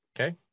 Okay